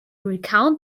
recount